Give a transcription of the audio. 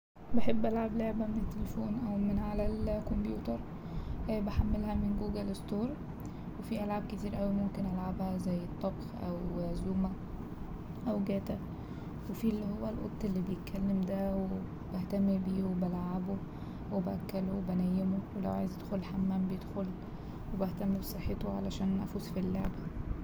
بحب ألعب لعبة من التليفون أو من على الكمبيوتر بحملها من جوجل ستور وفيه ألعاب كتير أوي ممكن ألعبها زي الطبخ أو زوما أو جاتا وفيه اللي هو القط اللي بيتكلم ده وبهتم بيه وبلعبه وبأكله وبنيمه ولو عايز يدخل الحمام بيدخل وبهتم بصحته علشان أفوز في اللعبة.